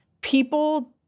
people